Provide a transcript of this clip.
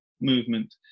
movement